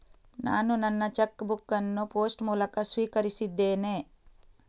ನಾನು ನನ್ನ check book ಅನ್ನು ಪೋಸ್ಟ್ ಮೂಲಕ ಸ್ವೀಕರಿಸಿದ್ದೇನೆ